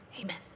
Amen